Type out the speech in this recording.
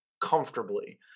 comfortably